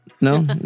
No